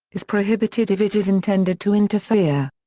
is prohibited if it is intended to interfere.